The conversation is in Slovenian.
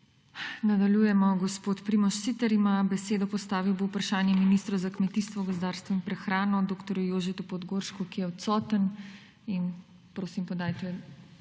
Nadaljujemo. Gospod Primož Siter bo postavil vprašanje ministru za kmetijstvo, gozdarstvo in prehrano dr. Jožetu Podgoršku, ki je odsoten.